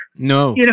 No